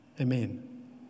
Amen